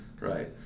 Right